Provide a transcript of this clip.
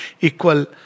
equal